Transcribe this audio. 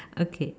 okay